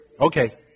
Okay